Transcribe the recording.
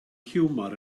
hiwmor